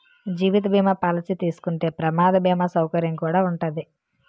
జీవిత బీమా పాలసీ తీసుకుంటే ప్రమాద బీమా సౌకర్యం కుడా ఉంటాది